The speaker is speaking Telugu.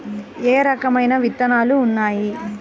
ఏ రకమైన విత్తనాలు ఉన్నాయి?